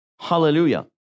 hallelujah